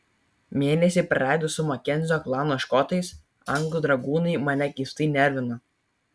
mėnesį praleidus su makenzio klano škotais anglų dragūnai mane keistai nervino